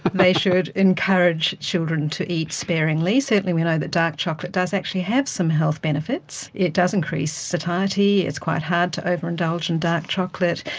they should encourage children to eat sparingly. certainly we know that dark chocolate does actually have some health benefits. it does increase satiety, it's quite hard to overindulge in dark chocolate,